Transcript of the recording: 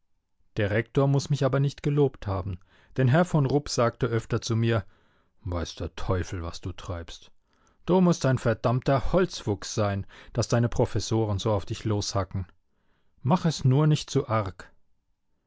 der rektor muß mich aber nicht gelobt haben denn herr von rupp sagte öfter zu mir weiß der teufel was du treibst du mußt ein verdammter holzfuchs sein daß deine professoren so auf dich loshacken mach es nur nicht zu arg